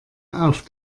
auf